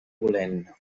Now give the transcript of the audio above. volent